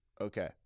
Okay